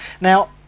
Now